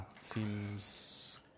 Seems